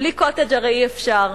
בלי "קוטג'", הרי אי-אפשר.